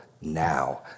now